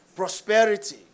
prosperity